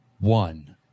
one